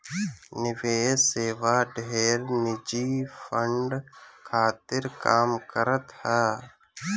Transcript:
निवेश सेवा ढेर निजी फंड खातिर काम करत हअ